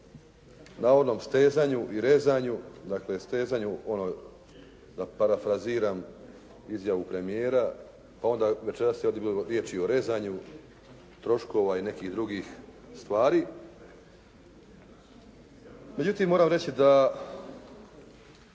na onom stezanju i rezanju, dakle stezanju onog da parafriziram izjavu premijera. Pa onda večeras je ovdje bilo riječi i o rezanju troškova i nekih drugih stvari. Međutim, moram reći da